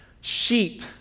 Sheep